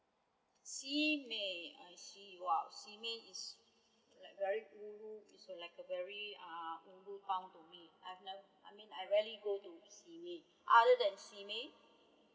see mei I see !wow! see mei i slike very ulu is like a very uh ulu ground to me I've never I mean I've rarely go to see mei other than see mei